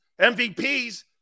MVPs